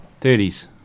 30s